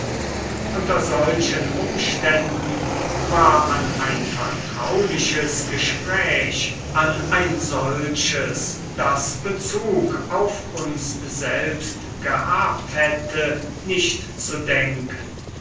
unter solchen umständen war an ein vertrauliches gespräch an ein solches das bezug auf uns selbst gehabt hätte nicht zu denken